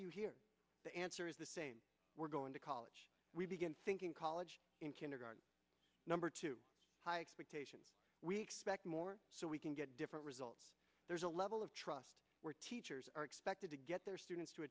you here the answer is the same we're going to college we begin thinking college in kindergarten number two high expectations we expect more so we can get different results there's a level of trust where teachers are expected to get their students to